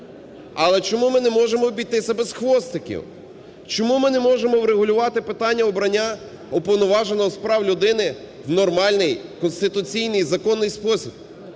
Але чому ми не можемо обійтися без "хвостиків", чому ми не можемо врегулювати питання обрання Уповноваженого з прав людини в нормальний конституційний і законний спосіб.